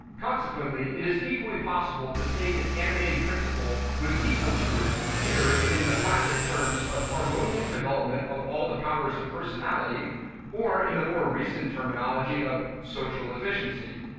consequently, it is equally possible to state its animating principle with equal truth either in the classic terms of harmonious development of all the powers of personality or in the more recent terminology of social efficiency.